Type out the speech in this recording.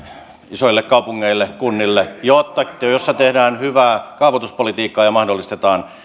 isoille kaupungeille kunnille joissa tehdään hyvää kaavoituspolitiikkaa ja mahdollistetaan